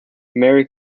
marie